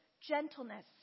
gentleness